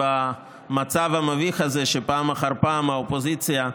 ובמצב המביך הזה שפעם אחר פעם האופוזיציה,